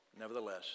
nevertheless